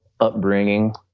upbringing